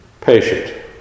patient